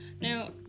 Now